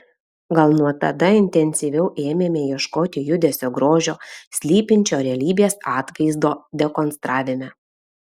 gal nuo tada intensyviau ėmėme ieškoti judesio grožio slypinčio realybės atvaizdo dekonstravime